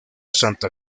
santa